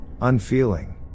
unfeeling